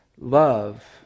love